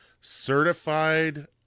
Certified